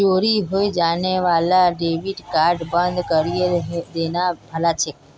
चोरी हाएं जाने वाला डेबिट कार्डक बंद करिहें देना भला छोक